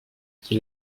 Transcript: qui